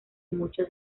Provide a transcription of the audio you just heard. mucho